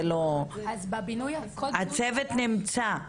הצוות נמצא,